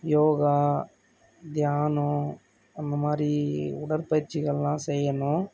யோகா தியானம் அந்த மாதிரி உடற்பயிற்சிகள்லாம் செய்யணும்